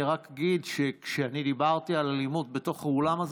אני רק אגיד שכשאני דיברתי על אלימות בתוך האולם הזה